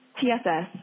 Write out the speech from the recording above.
TSS